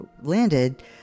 landed